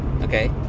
Okay